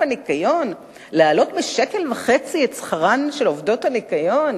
הניקיון להעלות בשקל וחצי את שכרן של עובדות הניקיון,